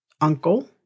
uncle